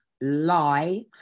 lie